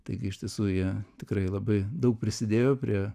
taigi iš tiesų jie tikrai labai daug prisidėjo prie